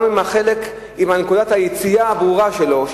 גם עם נקודת היציאה הברורה שלו,